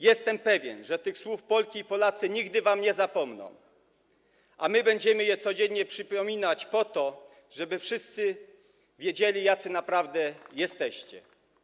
Jestem pewien, że tych słów Polki i Polacy nigdy wam nie zapomną, a my będziemy je codziennie przypominać po to, żeby wszyscy wiedzieli, jacy naprawdę jesteście.